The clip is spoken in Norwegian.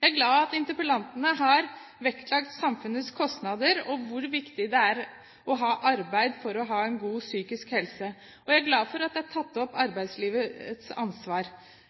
Jeg er glad for at representantene har vektlagt samfunnets kostnader, og hvor viktig det er å ha arbeid for å ha en god psykisk helse. Jeg er glad for at arbeidslivets ansvar er tatt opp.